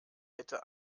hätte